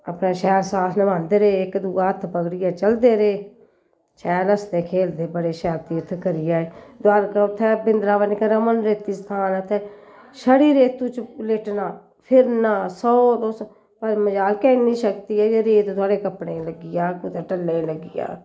अपने शैल साथ नभांदे रेह् इक दूऐ दा हत्थ पकड़ियै चलदे रेह् शैल हस्सदे खेलदे बड़े शैल तीरथ करी आए द्वारका उत्थें वृंदावन कन्नै रेतिस्थान ऐ उत्थें छड़ी रेतू च लेटना फिरना स'वो तुस पर मजाल के कि इ'न्नी शक्ति ऐ जे रेत थुआढ़े कपड़ें ई लग्गी जा कुतै टल्लें ई लग्गी जाह्ग